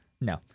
no